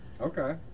Okay